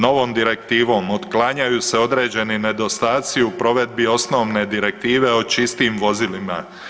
Novom Direktivom uklanjaju se određeni nedostaci u provedbi osnovne Direktive o čistim vozilima.